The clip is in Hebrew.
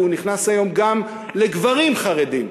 והוא נכנס היום גם לגברים חרדים.